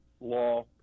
law